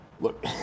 look